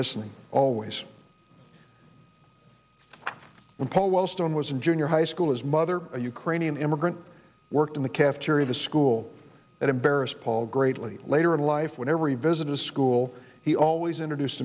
listening always when paul wellstone was in junior high school his mother a ukrainian immigrant worked in the cafeteria the school that embarrassed paul greatly later in life when every business school he always introduce